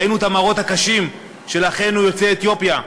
ראינו את המראות הקשים של אחינו יוצאי אתיופיה,